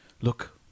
Look